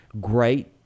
great